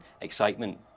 excitement